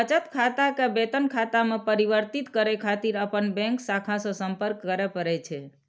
बचत खाता कें वेतन खाता मे परिवर्तित करै खातिर अपन बैंक शाखा सं संपर्क करय पड़ै छै